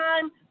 time